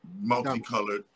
multicolored